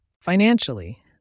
Financially